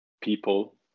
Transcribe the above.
people